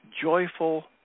joyful